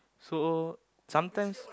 so sometimes